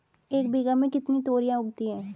एक बीघा में कितनी तोरियां उगती हैं?